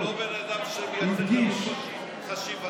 אתה לא בן אדם שמייצר לנו קושי חשיבתי.